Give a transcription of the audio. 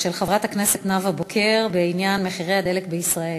יש שאילתה נוספת של חברת הכנסת נאוה בוקר בעניין מחירי הדלק בישראל.